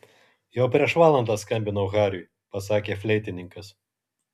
jau prieš valandą skambinau hariui pasakė fleitininkas